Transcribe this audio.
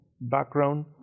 background